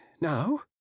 now